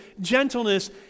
gentleness